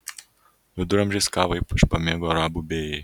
viduramžiais kavą ypač pamėgo arabų bėjai